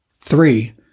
Three